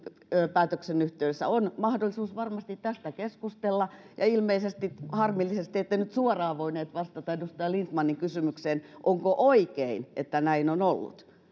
päätöksen yhteydessä on mahdollisuus varmasti tästä keskustella ja harmillisesti ette nyt suoraan voinut vastata edustaja lindtmanin kysymykseen onko oikein että näin on ollut